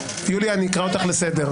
יוליה אני אקרא אותך לסדר.